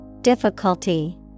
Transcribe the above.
Difficulty